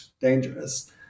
dangerous